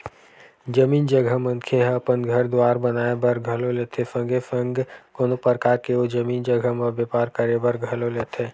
जमीन जघा मनखे ह अपन घर दुवार बनाए बर घलो लेथे संगे संग कोनो परकार के ओ जमीन जघा म बेपार करे बर घलो लेथे